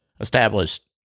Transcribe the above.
established